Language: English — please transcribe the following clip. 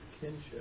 kinship